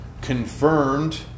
confirmed